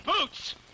boots